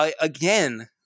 again